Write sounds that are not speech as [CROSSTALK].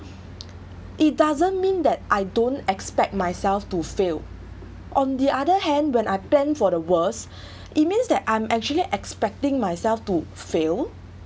it doesn't mean that I don't expect myself to fail on the other hand when I planned for the worst [BREATH] it means that I'm actually expecting myself to fail